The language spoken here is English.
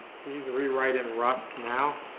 please rewrite in rust now